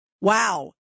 Wow